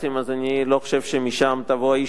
אז אני לא חושב שמשם תבוא הישועה,